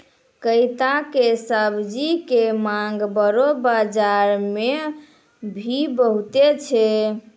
कैता के सब्जी के मांग बड़ो बाजार मॅ भी बहुत छै